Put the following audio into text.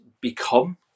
become